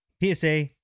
PSA